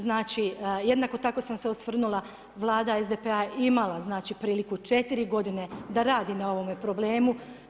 Znači jednako tako sam se osvrnula, Vlada SDP-a je imala, znači priliku 4 godine da radi na ovome problemu.